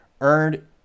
earned